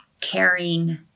caring